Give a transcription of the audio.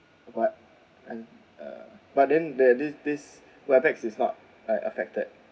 what and uh but then there this this is not affected